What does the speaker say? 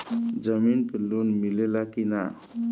जमीन पे लोन मिले ला की ना?